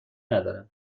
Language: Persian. ندارم